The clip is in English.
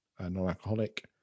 non-alcoholic